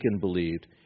believed